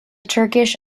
turkish